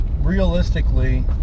realistically